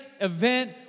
event